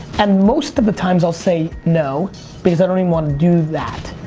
and most of the times i'll say no because i don't even wanna do that.